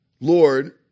Lord